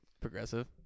progressive